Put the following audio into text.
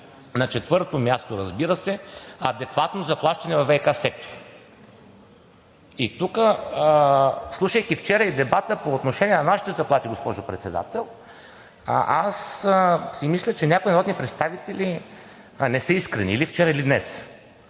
На четвърто място, разбира се, адекватно заплащане във ВиК сектора. Слушайки вчера дебата по отношение на нашите заплати, госпожо Председател, мисля, че някои народни представители не са искрени – или вчера, или днес,